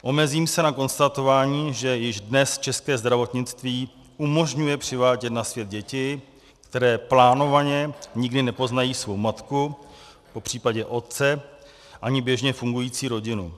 Omezím se na konstatování, že již dnes české zdravotnictví umožňuje přivádět na svět děti, které plánovaně nikdy nepoznají svou matku, popřípadě otce, ani běžně fungující rodinu.